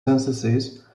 censuses